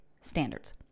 Standards